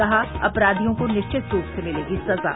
कहा अपराधियों को निश्चित रूप से मिलेगी सजा